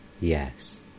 Yes